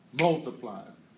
multiplies